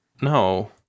No